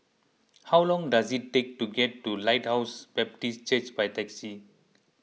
how long does it take to get to Lighthouse Baptist Church by taxi